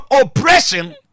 oppression